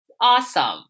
awesome